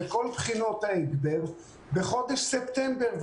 וכל בחינות ההסדר בחודש ספטמבר,